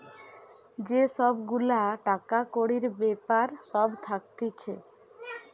যে সব গুলা টাকা কড়ির বেপার সব থাকতিছে